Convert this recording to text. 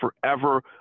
forever